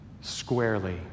squarely